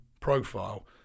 profile